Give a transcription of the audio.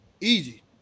easy